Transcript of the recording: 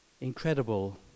incredible